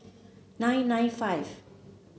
nine nine five